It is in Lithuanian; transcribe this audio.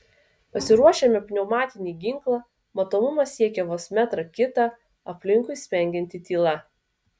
pasiruošiame pneumatinį ginklą matomumas siekia vos metrą kitą aplinkui spengianti tyla